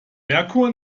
merkur